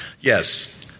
Yes